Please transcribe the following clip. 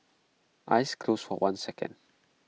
eyes closed for one second